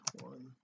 one